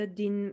din